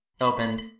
opened